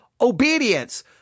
obedience